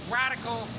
radical